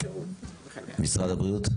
מירי כהן, משרד הבריאות,